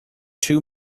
too